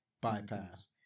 bypass